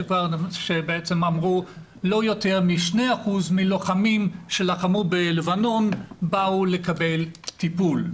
שכבר אמרו שלא יותר מ-2% מלוחמים שלחמו בלבנון באו לקבל טיפול.